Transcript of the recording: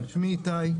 שמי איתי,